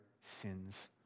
sins